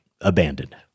abandoned